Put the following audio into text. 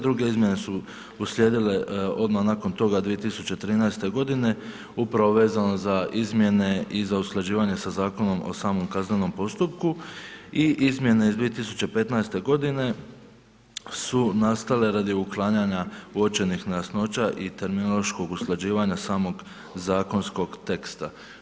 Druge izmjene su uslijedile odmah nakon toga 2013. godine upravo vezano za izmjene i za usklađivanje sa Zakonom o samom kaznenom postupku i izmjene iz 2015. godine su nastale radi uklanjanja uočenih nejasnoća i terminološkog usklađivanja samog zakonskog teksta.